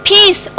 peace